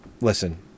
Listen